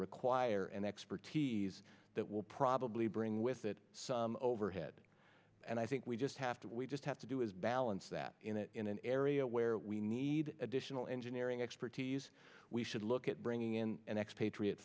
require an expertise that will probably bring with it some overhead and i think we just have to we just have to do is balance that in an area where we need additional engineering expertise we should look at bringing in an expatri